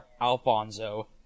Alfonso